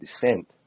descent